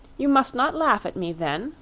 you must not laugh at me, then,